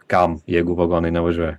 kam jeigu vagonai nevažiuoja